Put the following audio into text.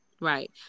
right